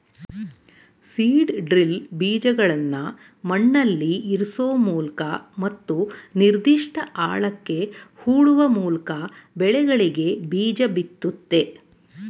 seed drill ಬೀಜಗಳ್ನ ಮಣ್ಣಲ್ಲಿಇರ್ಸೋಮೂಲಕ ಮತ್ತು ನಿರ್ದಿಷ್ಟ ಆಳಕ್ಕೆ ಹೂಳುವಮೂಲ್ಕಬೆಳೆಗಳಿಗೆಬೀಜಬಿತ್ತುತ್ತೆ